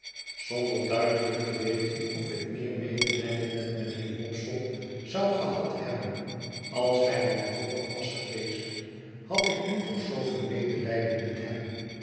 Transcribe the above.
zonder duidelijk te weten of ik meer medelijden met mijnheer wopsle zou gehad hebben als hij wanhopig was geweest had ik nu toch zooveel medelijden met hem